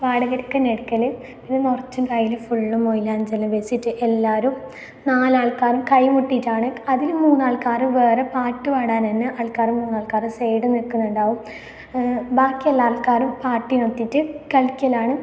വാടകക്ക് തന്നെ എടുക്കൽ പിന്നെ നിറച്ചും കൈയ്യിൽ ഫുള്ളും മൈലാഞ്ചിയെല്ലാം വച്ചിട്ട് എല്ലാവരും നാല് ആൾക്കാരും കൈമുട്ടിയിട്ടാണ് അതിൽ മൂന്ന് ആൾക്കാർ വേറെ പാട്ട് പാടാൻ തന്നെ ആൾക്കാർ മൂന്നാൾക്കാറ് സെയ്ഡ് നിൽക്കുന്നുണ്ടാവും ബാക്കി എല്ലാ ആൾക്കാരും പാട്ടിനൊത്തിട്ട് കളിക്കലാണ്